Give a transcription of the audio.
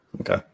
Okay